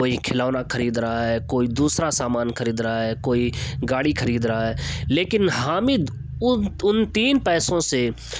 کوئی کھلونا خرید رہا ہے کوئی دوسرا سامان خرید رہا ہے کوئی گاڑی خرید رہا ہے لیکن حامد ان تین پیسوں سے